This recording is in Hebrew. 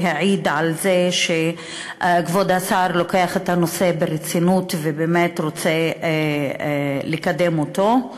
זה העיד על זה שכבוד השר לוקח את הנושא ברצינות ובאמת רוצה לקדם אותו.